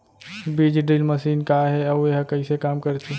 बीज drill machine का हे अऊ एहा कइसे काम करथे?